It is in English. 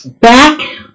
back